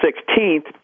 sixteenth